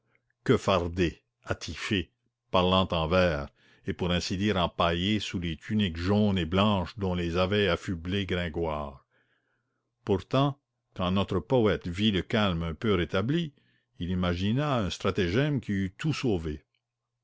que fardés attifés parlant en vers et pour ainsi dire empaillés sous les tuniques jaunes et blanches dont les avait affublés gringoire pourtant quand notre poète vit le calme un peu rétabli il imagina un stratagème qui eût tout sauvé